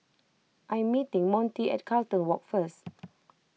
I am meeting Montie at Carlton Walk first